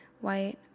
white